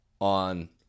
on